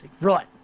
right